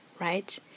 right